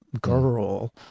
girl